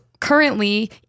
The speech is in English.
currently